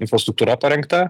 infrastruktūra parengta